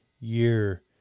year